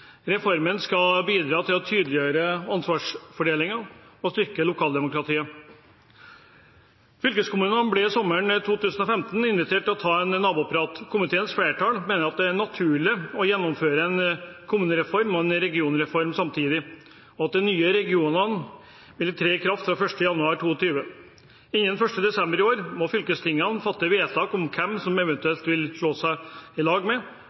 Reformen skal bidra til å tydeliggjøre ansvarsfordelingen og styrke lokaldemokratiet. Fylkeskommunene ble sommeren 2015 invitert til å ta en naboprat. Komiteens flertall mener at det er naturlig å gjennomføre en kommunereform og en regionreform samtidig, og at de nye regionene trer i kraft 1. januar 2022. Innen 1. desember i år må fylkestingene fatte vedtak om hvem de eventuelt vil slå seg i lag med,